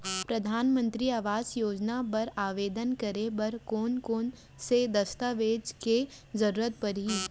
परधानमंतरी आवास योजना बर आवेदन करे बर कोन कोन से दस्तावेज के जरूरत परही?